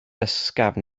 ysgafn